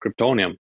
Kryptonium